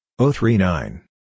039